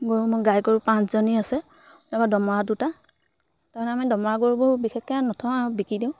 গৰু মই গাই গৰু পাঁচজনী আছে তাৰপৰা দমৰা দুটা তাৰমানে আমি দমৰা গৰুবোৰ বিশেষকৈ নথওঁ আৰু বিকি দিওঁ